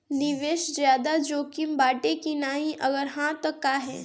निवेस ज्यादा जोकिम बाटे कि नाहीं अगर हा तह काहे?